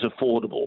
affordable